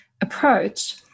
approach